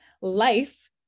Life